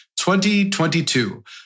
2022